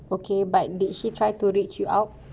okay but did she try to reach you out